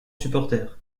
supporter